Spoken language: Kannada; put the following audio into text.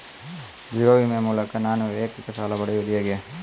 ಜೀವ ವಿಮೆ ಮೂಲಕ ನಾನು ವೈಯಕ್ತಿಕ ಸಾಲ ಪಡೆಯುದು ಹೇಗೆ?